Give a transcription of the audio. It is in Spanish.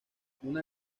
una